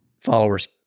followers